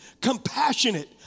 compassionate